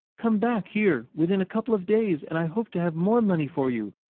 come back here within a couple of days and i hope to have more money for you!